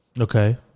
Okay